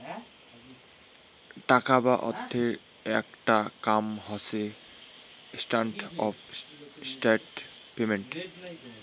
টাকা বা অর্থের আকটা কাম হসে স্ট্যান্ডার্ড অফ ডেফার্ড পেমেন্ট